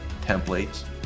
templates